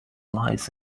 lies